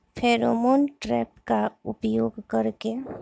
Pheromone trap का उपयोग कर के?